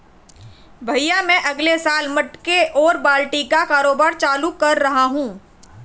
भैया मैं अगले साल मटके और बाल्टी का कारोबार चालू कर रहा हूं